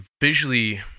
visually